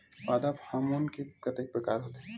पादप हामोन के कतेक प्रकार के होथे?